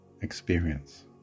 experience